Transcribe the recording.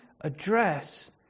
address